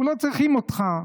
לא צריכים אותך.